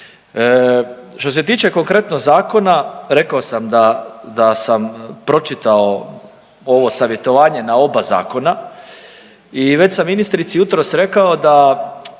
Što se tiče konkretno zakona rekao sam da, da sam pročitao ovo savjetovanje na oba zakona i već sam ministrici jutros rekao da